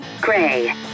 Gray